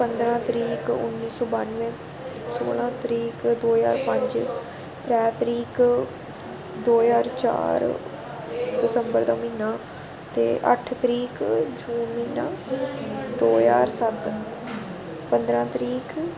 पंदरां तरीक उन्नी सौ बानुऐ सोलां तरीक दो ज्हार पंज त्रै तरीक दो ज्हार चार दिसंबर दा म्हीना ते अट्ठ तरीक जून म्हीना दो ज्हार सत्त्त पंदरां तरीक